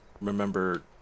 remember